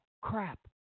crap